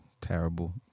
terrible